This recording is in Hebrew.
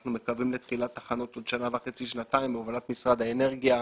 אנחנו מקווים לתחילת תחנות עוד שנה וחצי-שנתיים בהובלת משרד האנרגיה.